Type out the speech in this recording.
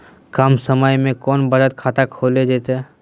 कम समय में कौन बचत खाता खोले जयते?